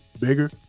bigger